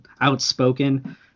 outspoken